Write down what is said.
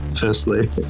firstly